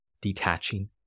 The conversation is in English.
detaching